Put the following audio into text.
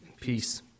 Peace